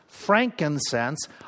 frankincense